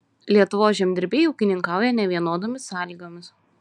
lietuvos žemdirbiai ūkininkauja nevienodomis sąlygomis